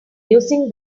using